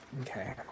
Okay